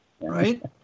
right